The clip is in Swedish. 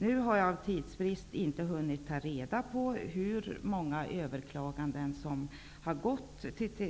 Nu har jag av tidsbrist inte hunnit ta reda på hur många överklaganden som har gått